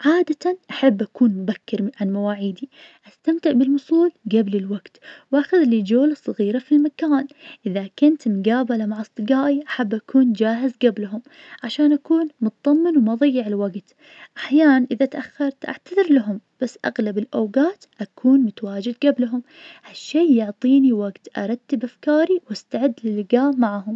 عادة أحب أكون مبكر عن مواعيدي, استمتع بالوصول قبل الوقت, واخذلي جولة صغيرة في المكان, إذا كنت مقابلة مع اصدجائي احب اكون جاهز قبلهم, عشان أكون متطمن وما اضيع الوقت, أحيان إذا اتأخرت اعتذر لهم, بس أغلب الأوقات أكون متواجد جبلهم, هالشي يعطيني وجت أرتب افكاري, واستعدت لاللجاء معهم.